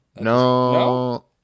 No